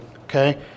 Okay